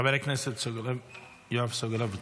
חבר הכנסת יואב סגלוביץ',